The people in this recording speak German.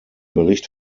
bericht